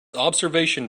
observation